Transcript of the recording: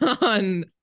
on